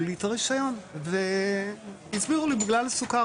לי את הרישיון והסבירו לי שבגלל הסוכר.